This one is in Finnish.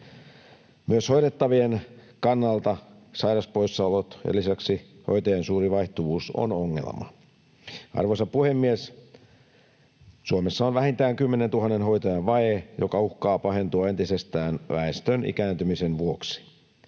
Myös hoidettavien kannalta sairaspoissaolot ja lisäksi hoitajien suuri vaihtuvuus ovat ongelma. Arvoisa puhemies! Suomessa on vähintään 10 000 hoitajan vaje, joka uhkaa pahentua entisestään väestön ikääntymisen vuoksi.